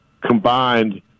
combined